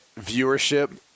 viewership